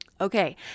Okay